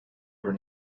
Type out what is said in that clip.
were